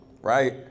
right